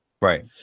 right